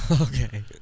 Okay